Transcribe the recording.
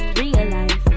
realize